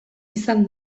izan